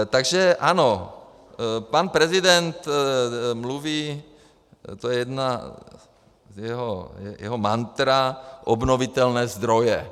Takže ano, pan prezident mluví to je jedna jeho mantra obnovitelné zdroje.